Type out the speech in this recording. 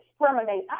discriminate